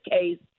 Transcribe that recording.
case